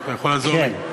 אתה יכול לעזור לי?